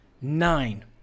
nine